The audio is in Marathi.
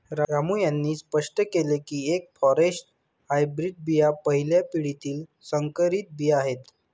रामू यांनी स्पष्ट केले की एफ फॉरेस्ट हायब्रीड बिया पहिल्या पिढीतील संकरित बिया आहेत